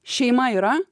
šeima yra